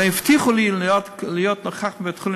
והבטיחו לי להיות נוכחים בבית-החולים,